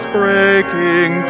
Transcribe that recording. breaking